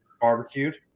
barbecued